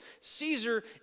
Caesar